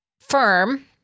firm